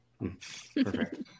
perfect